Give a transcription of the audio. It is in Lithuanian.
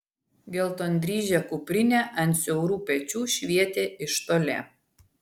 geltondryžė kuprinė ant siaurų pečių švietė iš toli